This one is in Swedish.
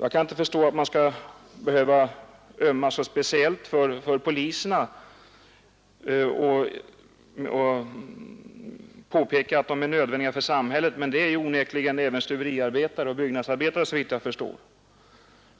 Jag kan inte förstå att man skall behöva ömma så speciellt för poliserna och påpeka att de är nödvändiga för samhället. Det är onekligen även stuveriarbetare och byggnadsarbetare såvitt jag kan förstå.